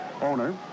owner